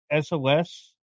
SOS